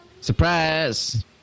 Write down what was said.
surprise